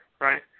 right